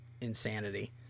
insanity